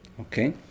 Okay